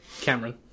Cameron